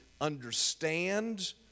understand